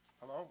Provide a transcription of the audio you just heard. Hello